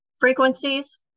frequencies